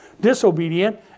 disobedient